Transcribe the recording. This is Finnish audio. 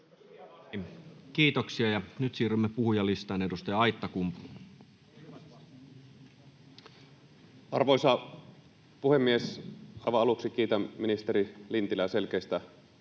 Kiitoksia. — Ja nyt siirrymme puhujalistaan. Edustaja Aittakumpu. Arvoisa puhemies! Aivan aluksi kiitän ministeri Lintilää selkeistä vastauksista